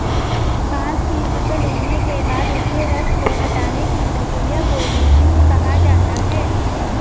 बांस की फसल उगने के बाद उसके रस को हटाने की प्रक्रिया को लीचिंग कहा जाता है